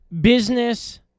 business